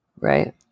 Right